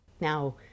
Now